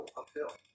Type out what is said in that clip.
uphill